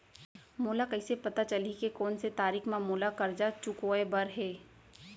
मोला कइसे पता चलही के कोन से तारीक म मोला करजा चुकोय बर हे?